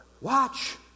watch